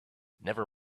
never